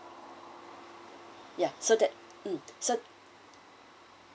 ya so that so